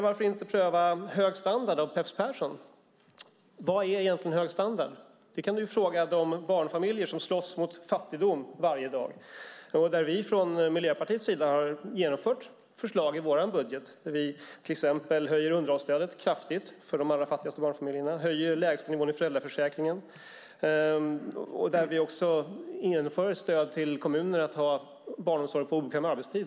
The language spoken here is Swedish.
Varför inte pröva Hög standard av Peps Persson? Vad är egentligen hög standard? Det kan du fråga de barnfamiljer som slåss mot fattigdom varje dag. Vi har från Miljöpartiets sida genomfört förslag i vår budget. Vi höjer till exempel underhållsstödet kraftigt för de allra fattigaste barnfamiljerna. Vi höjer lägstnivån i föräldraförsäkringen. Vi inför också stöd till kommunerna att tillhandahålla barnomsorg på obekväm arbetstid.